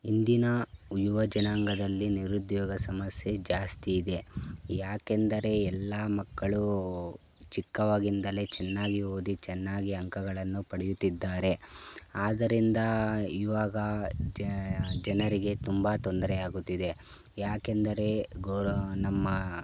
ಇಂದಿನ ಯುವ ಜನಾಂಗದಲ್ಲಿ ನಿರುದ್ಯೋಗ ಸಮಸ್ಯೆ ಜಾಸ್ತಿ ಇದೆ ಯಾಕೆಂದರೆ ಎಲ್ಲ ಮಕ್ಕಳು ಚಿಕ್ಕವಾಗಿಂದಲೇ ಚೆನ್ನಾಗಿ ಓದಿ ಚೆನ್ನಾಗಿ ಅಂಕಗಳನ್ನು ಪಡೆಯುತ್ತಿದ್ದಾರೆ ಆದ್ದರಿಂದ ಇವಾಗ ಜನರಿಗೆ ತುಂಬ ತೊಂದರೆಯಾಗುತ್ತಿದೆ ಯಾಕೆಂದರೆ ಗೊರು ನಮ್ಮ